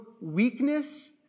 weakness